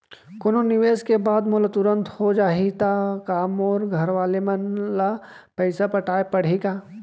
कोनो निवेश के बाद मोला तुरंत हो जाही ता का मोर घरवाले मन ला पइसा पटाय पड़ही का?